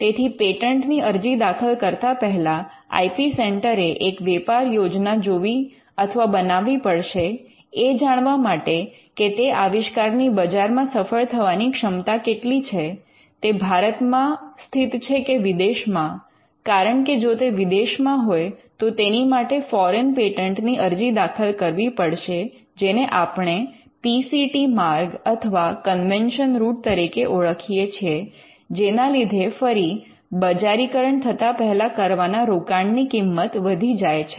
તેથી પેટન્ટની અરજી દાખલ કરતા પહેલા આઇ પી સેન્ટર એ એક વેપાર યોજના જોવી અથવા બનાવવી પડશે એ જાણવા માટે કે તે આવિષ્કારની બજારમાં સફળ થવાની ક્ષમતા કેટલી છે તે ભારતમાં સ્થિત છે કે વિદેશમાં કારણ કે જો તે વિદેશમાં હોય તો તેની માટે ફોરેન પેટન્ટ ની અરજી દાખલ કરવી પડશે જેને આપણે પી સી ટી માર્ગ અથવા કન્વેન્શન રુટ તરીકે ઓળખીએ છીએ જેના લીધે ફરી બજારીકરણ થતાં પહેલા કરવાના રોકાણ ની કિંમત વધી જાય છે